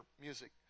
music